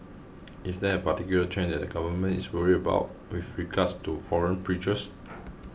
is there a particular trend that the Government is worried about with regards to foreign preachers